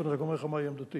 אני רק אומר לך מהי עמדתי